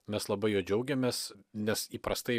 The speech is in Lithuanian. mes labai juo džiaugiamės nes įprastai